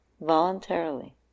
Voluntarily